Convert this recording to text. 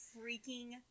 freaking